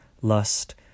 lust